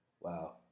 Wow